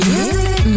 Music